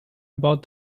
about